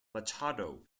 machado